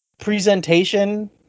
presentation